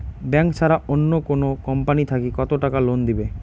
Bank ছাড়া অন্য কোনো কোম্পানি থাকি কত টাকা লোন দিবে?